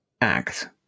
act